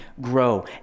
grow